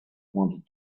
wanted